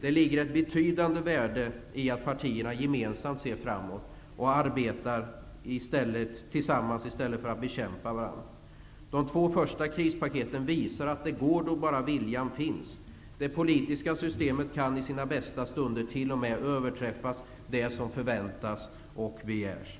Det finns ett betydande värde i att partierna gemensamt ser framåt och arbetar tillsammans i stället för att bekämpa varandra. De två första krispaketen visar att det går då bara viljan finns. Det politiska systemet kan i sina bästa stunder t.o.m. överträffa det som förväntas och begärs.